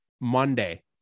monday